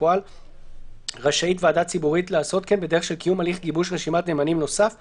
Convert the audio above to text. לקבוע שאפילו להאריך את זה נניח דווקא ל-6 שנים והעתודה תיכנס אפקטיבית,